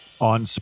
on